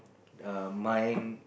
err mine